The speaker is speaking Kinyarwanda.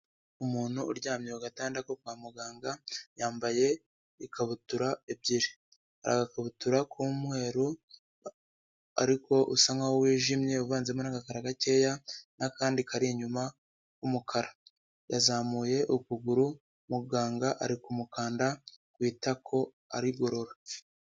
Umuntu uryamye ku gatandatu ko kwa muganga yambaye ikabutura ebyiri, hari agakabutura k'umweru ariko usa nkaho wijimye uvanzemo na gakara gakeya n'akandi kari inyuma k'umukara, yazamuye ukuguru muganga ari ku mukanda ku itako arigorora.